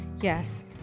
Yes